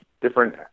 different